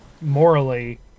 morally